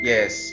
Yes